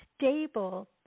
stable